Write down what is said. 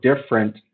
different